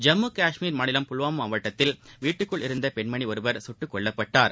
ஜம்மு கஷ்மீர் மாநிலம் புல்வாமா மாவட்டத்தில் வீட்டுக்குள் இருந்த பெண்மணி குட்டுக் கொல்லப்பட்டார்